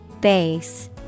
Base